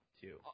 two